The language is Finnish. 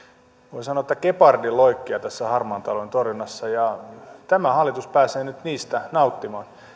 voi sanoa gepardin loikkia tässä harmaan talouden torjunnassa tämä hallitus pääsee nyt niistä nauttimaan